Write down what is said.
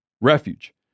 Refuge